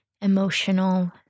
emotional